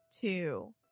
two